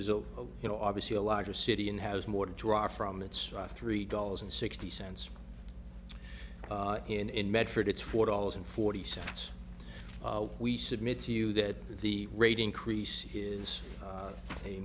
a you know obviously a larger city and has more to draw from it's three dollars and sixty cents in medford it's four dollars and forty cents we submit to you that the rate increase is